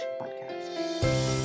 podcast